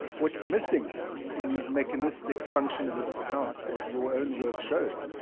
what's missing in these mechanistic, functionalist accounts, as your own work shows,